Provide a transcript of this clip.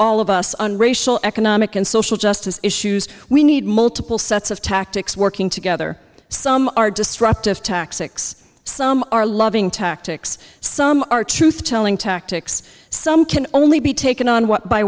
all of us on racial economic and social justice issues we need multiple sets of tactics working together some are destructive tax some are loving tactics some are truth telling tactics some can only be taken on what by